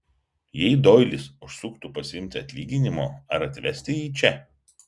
jei doilis užsuktų pasiimti atlyginimo ar atvesti jį čia